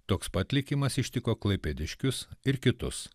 toks pat likimas ištiko klaipėdiškius ir kitus